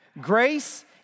Grace